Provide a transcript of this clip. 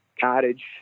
cottage